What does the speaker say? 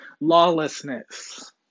lawlessness